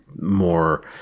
more